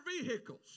vehicles